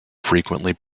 frequently